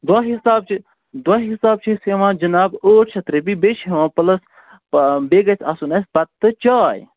دۄہ حِساب چھِ دۄہ حِساب چھِ أسۍ ہٮ۪وان جِناب ٲٹھ شَتھ رۄپیہِ بیٚیہِ چھِ ہٮ۪وان پٕلَس بیٚیہِ گژھِ آسُن اَسہِ بَتہٕ تہٕ چاے